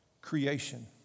creation